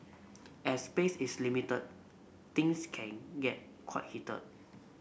as space is limited things can get quite heated